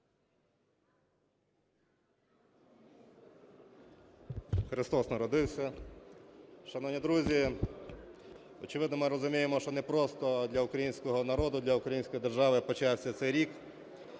Христос народився! Шановні друзі, очевидно, ми розуміємо, що не просто для українського народу, для української держави почався цей рік.